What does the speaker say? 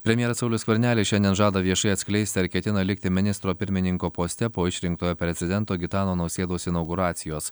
premjeras saulius skvernelis šiandien žada viešai atskleis ar ketina likti ministro pirmininko poste po išrinktojo prezidento gitano nausėdos inauguracijos